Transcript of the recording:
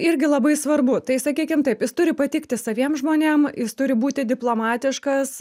irgi labai svarbu tai sakykim taip jis turi patikti saviem žmonėm jis turi būti diplomatiškas